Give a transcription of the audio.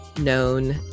known